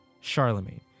Charlemagne